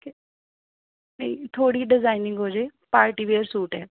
ਤੁਹਾਡੀ ਡਿਜ਼ਾਇਨਿੰਗ ਹੋ ਜੇ ਪਾਰਟੀ ਵੇਅਰ ਸੂਟ ਹੈ